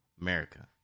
America